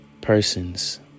persons